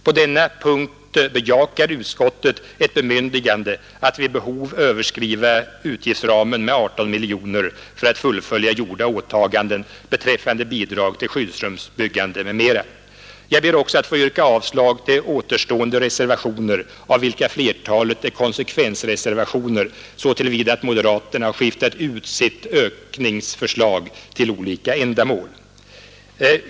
På denna punkt bejakar utskottet ett bemyndigande att vid behov överskrida Jag ber också att få yrka avslag på återstående reservationer, av vilka flertalet är konsekvensreservationer så till vida att moderaterna har skiftat ut sitt ökningsförslag till olika ändamål.